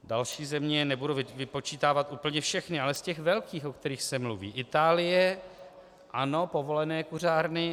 Další země, nebudu vypočítávat úplně všechny, ale z těch velkých, o kterých se mluví Itálie, ano, povolené kuřárny.